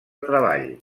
treball